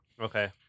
okay